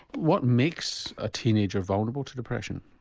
what makes a teenager vulnerable to depression?